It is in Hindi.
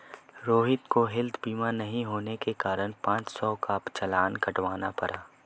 रोहित को हैल्थ बीमा नहीं होने के कारण पाँच सौ का चालान कटवाना पड़ा